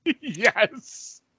Yes